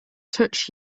touched